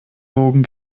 wogen